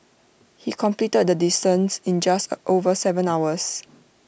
he completed the distance in just over Seven hours